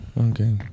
Okay